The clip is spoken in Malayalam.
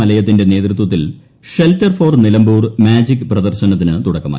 മലയത്തിന്റെ നേതൃത്വത്തിൽ ഷെൽറ്റർ ഫോർ നിലമ്പൂർ മാജിക് പ്രദർശനത്തിനു തുടക്കമായി